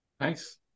Nice